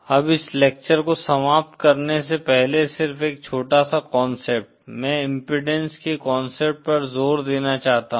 अब इस लेक्चर को समाप्त करने से पहले सिर्फ एक छोटा सा कांसेप्ट मैं इम्पीडेन्स के कांसेप्ट पर ज़ोर देना चाहता हूँ